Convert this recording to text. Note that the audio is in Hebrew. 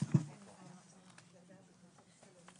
בשעה 12:00.